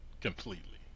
completely